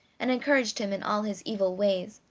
and encouraged him in all his evil ways.